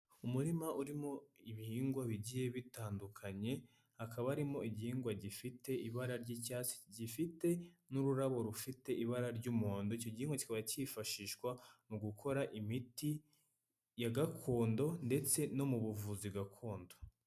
Umurima urimo ibihingwa bigiye bitandukanye, hakaba harimo igihingwa gifite ibara ry'icyatsi gifite n'ururabo rufite ibara ry'umuhondo, icyo gihingwa kikaba cyifashishwa mu gukora imiti ya gakondo ndetse no mu buvuzi gakondo.